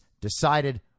decided